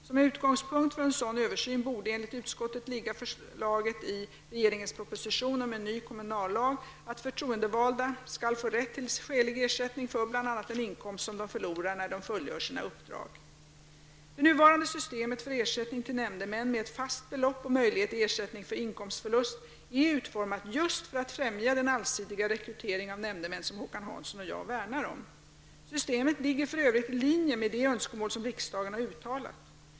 Som en utgångspunkt för en sådan översyn borde enligt utskotttet ligga förslaget i regeringens proposition om en ny kommunallag att förtroendevalda skall få rätt till skälig ersättning för bl.a. den inkomst som de förlorar när de fullgör sina uppdrag. Det nuvarande systemet för ersättning till nämndemän -- med ett fast belopp och möjlighet till ersättning för inkomstförlust -- är utformat just för att främja den allsidiga rekrytering av nämndemän som Håkan Hansson och jag värnar om. Systemet ligger för övrigt i linje med det önskemål som riksdagen har uttalat.